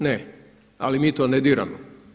Ne, ali mi to ne diramo.